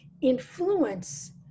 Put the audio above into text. influence